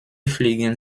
fliegen